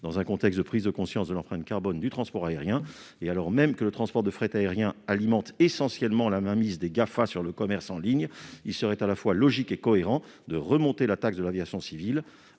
Dans un contexte de prise de conscience de l'empreinte carbone du transport aérien, et alors même que le transport de fret aérien alimente essentiellement la mainmise des GAFA sur le commerce en ligne, il serait à la fois logique et cohérent de remonter la taxe sur l'aviation civile.